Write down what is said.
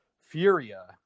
furia